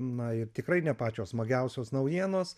na ir tikrai ne pačios smagiausios naujienos